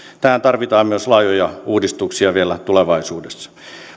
tähän tarvitaan myös laajoja uudistuksia vielä tulevaisuudessa